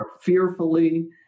fearfully